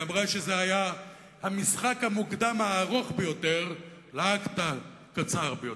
והיא אמרה שזה היה המשחק המוקדם הארוך ביותר לאקט הקצר ביותר,